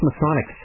Masonic